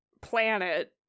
planet